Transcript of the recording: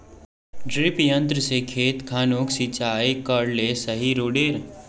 डिरिपयंऋ से खेत खानोक सिंचाई करले सही रोडेर?